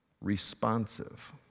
responsive